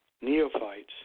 Neophytes